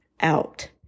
out